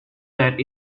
that